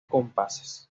compases